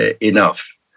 enough